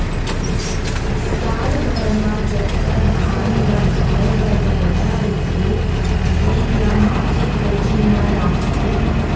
साल भर म जतका धान ल खाए बर धरना रहिथे तेन ल माटी कोठी म राखथे